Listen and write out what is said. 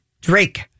Drake